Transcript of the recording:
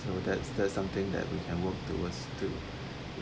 so that's that's something that we can work towards to